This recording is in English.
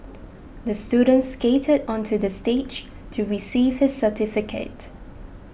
the student skated onto the stage to receive his certificate